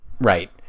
Right